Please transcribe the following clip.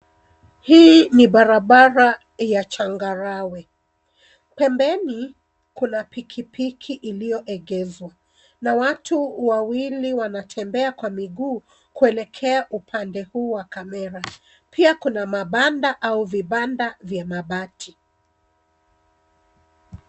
Hii ni barabara ya changarawe. Pembeni kuna pikipiki iliyo egezwa na watu wawili wanatembea kwa miguu kuelekea upande huu wa kamera pia kuna kibanda au vibanda vya mabati.